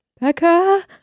Becca